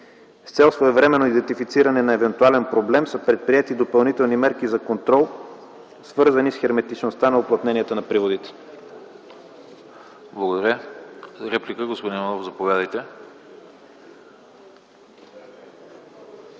С цел своевременно идентифициране на евентуален проблем са предприети допълнителни мерки за контрол, свързани с херметичността на уплътнението на приводите.